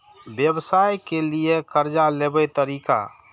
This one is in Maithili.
व्यवसाय के लियै कर्जा लेबे तरीका?